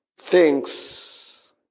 thinks